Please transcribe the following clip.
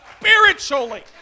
spiritually